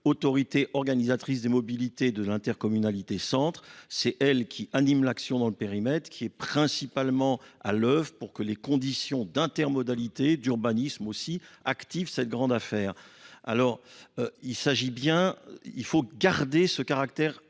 autorité organisatrice des mobilités, de l'intercommunalité centre. c'est elle qui anime l'action dans le périmètre, qui est principalement à l'œuvre pour que les conditions d'intermodalité d'urbanisme ete aussi active cette grande affaire, alors euh il s'agit bien il faut garder ce caractère coopératif